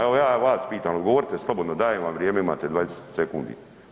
Evo ja vas pitam, odgovorite slobodno, dajem vam vrijeme imate 20 sekundi.